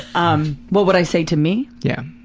um, what would i say to me? yeah